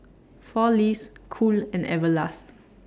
four Leaves Cool and Everlast